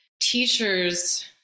teachers